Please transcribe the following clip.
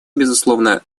безусловно